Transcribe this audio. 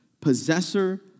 possessor